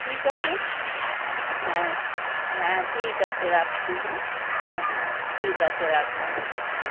ঠিক আছে হ্যাঁ হ্যাঁ ঠিক আছে রাখছি হ্যাঁ হ্যাঁ হ্যাঁ ঠিক আছে রাখলাম হ্যাঁ